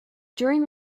during